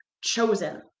chosen